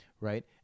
Right